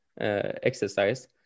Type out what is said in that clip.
exercise